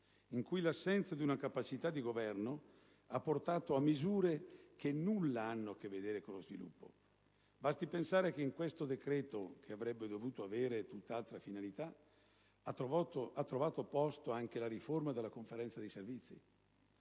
in cui l'assenza di una capacità di governo ha portato a misure che nulla hanno a che vedere con lo sviluppo. Basti pensare che in questo decreto, che avrebbe dovuto avere tutt'altra finalità, ha trovato posto anche la riforma della Conferenza dei servizi.